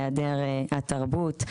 היעדר התרבות,